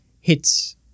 hits